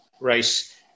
race